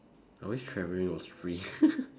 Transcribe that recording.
I wish travelling was free